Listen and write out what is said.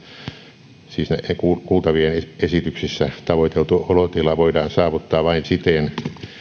ei ole mahdollista ja näin ollen kuultavien esityksissä tavoiteltu olotila voidaan saavuttaa vain siten